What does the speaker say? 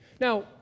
Now